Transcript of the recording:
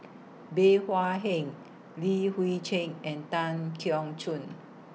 Bey Hua Heng Li Hui Cheng and Tan Keong Choon